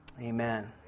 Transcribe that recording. Amen